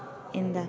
എന്താ